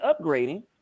upgrading